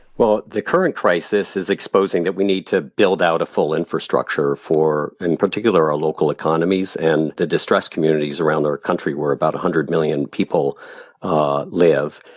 the current crisis is exposing that we need to build out a full infrastructure for, in particular, our local economies and the distressed communities around our country where about hundred million people ah live.